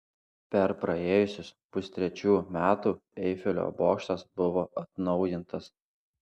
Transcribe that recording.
per praėjusius pustrečių metų eifelio bokštas buvo atnaujintas